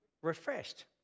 refreshed